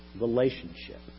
relationship